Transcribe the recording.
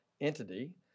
entity